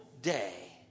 day